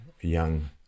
young